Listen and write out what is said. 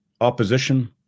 opposition